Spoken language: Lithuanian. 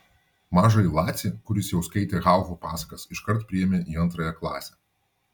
mažąjį lacį kuris jau skaitė haufo pasakas iškart priėmė į antrąją klasę